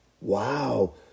Wow